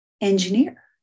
engineer